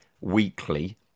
weekly